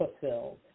fulfilled